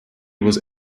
was